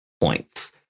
points